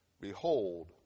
Behold